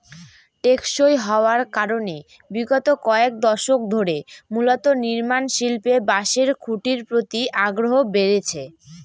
টেকসই হওয়ার কারনে বিগত কয়েক দশক ধরে মূলত নির্মাণশিল্পে বাঁশের খুঁটির প্রতি আগ্রহ বেড়েছে